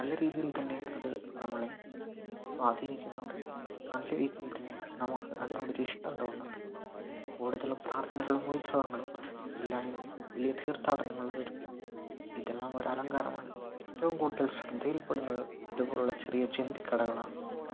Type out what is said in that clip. നല്ലരീതിയിൽതന്നെ അത് നമ്മളെ സ്വാധീനിക്കുന്നുണ്ട് നല്ല രീതിയിൽ തന്നെ നമുക്ക് അതിനോടൊരു ഇഷ്ട്ടം തോന്നുന്നുണ്ട് കൂടുതലും പാർത്ഥനകളും ഉത്സവങ്ങളും എല്ലാം തീർത്ഥാടങ്ങളും ഒരു വരുമ്പോൾ ഇതെല്ലാം ഒരു അലങ്കാരമാണ് ഏറ്റവും കൂടുതൽ ശ്രദ്ധയിൽപ്പെടുന്നത് ഇതുപോലുള്ള ചെറിയ ചന്തക്കടകളാണ്